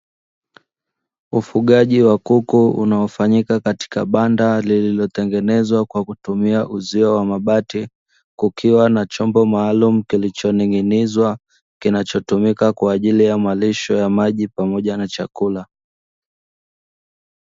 Ufugaji wa kuku unaofanyika katika banda lililo tengenezwa kwa kutumia uzio wa mabati, kukiwa na chombo maalumu kilichoning'inizwa kinachotumika kwa ajili ya malisho ya maji pamoja na chakula.